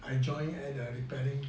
I joined at repairing